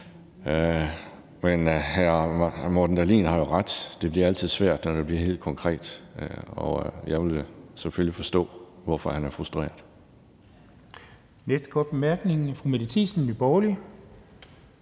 Men hr. Morten Dahlin har jo ret: Det bliver altid svært, når det bliver helt konkret, og jeg vil selvfølgelig forstå, hvorfor han er frustreret. Kl. 12:27 Den fg. formand (Jens Henrik